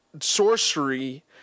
sorcery